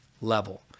level